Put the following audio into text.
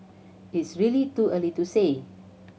it's really too early to say